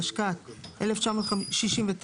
התשכ"ט-1969,